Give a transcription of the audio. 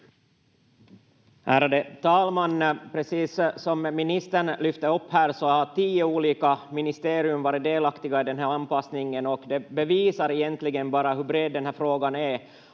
Ärade talman! Precis som ministern lyfte upp har tio olika ministerier varit delaktiga i den här anpassningen, och det bevisar egentligen bara hur bred den här frågan är